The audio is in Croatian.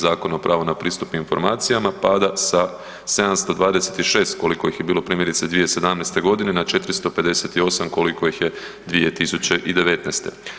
Zakona o pravu na pristup informacijama pada sa 726 koliko ih je bilo primjerice 2017.g. na 458 koliko ih je 2019.